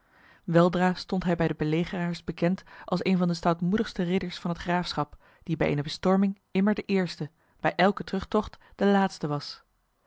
weldra stond hij bij de belegeraars bekend als een van de stoutmoedigste ridders van het graafschap die bij eene bestorming immer de eerste bij elken terugtocht de laatste was